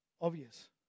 Obvious